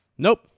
Nope